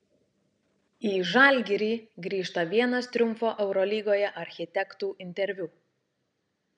į žalgirį grįžta vienas triumfo eurolygoje architektų interviu